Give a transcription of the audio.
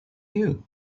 you